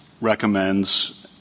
recommends